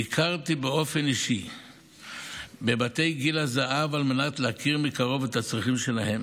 ביקרתי באופן אישי בבתי גיל הזהב על מנת להכיר מקרוב את הצרכים שלהם,